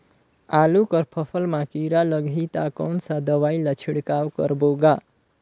आलू कर फसल मा कीरा लगही ता कौन सा दवाई ला छिड़काव करबो गा?